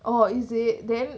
oh is it then